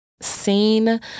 seen